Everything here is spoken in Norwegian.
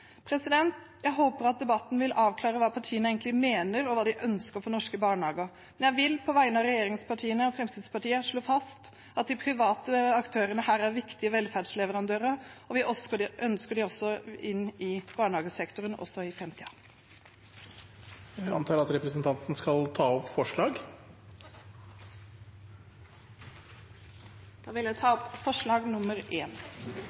Jeg håper at debatten vil avklare hva partiene egentlig mener, og hva de ønsker for norske barnehager. Jeg vil på vegne av regjeringspartiene og Fremskrittspartiet slå fast at de private aktørene her er viktige velferdsleverandører, og vi ønsker å ha dem i barnehagesektoren også i framtiden. Jeg vil ta opp forslag nr. 1, fra Høyre, Fremskrittspartiet og Venstre. Representanten Åshild Bruun-Gundersen har tatt opp